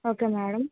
okay madam